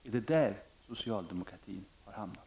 Är det där socialdemokratin har hamnat?